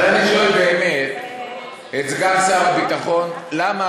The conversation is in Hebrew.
אבל אני שואל באמת את סגן שר הביטחון: למה